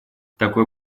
такой